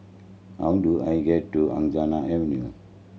how do I get to Angsana Avenue